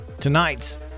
Tonight's